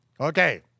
okay